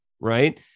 Right